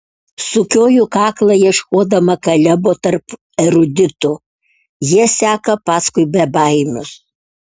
sukioju kaklą ieškodama kalebo tarp eruditų jie seka paskui bebaimius